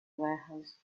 warehouse